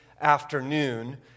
afternoon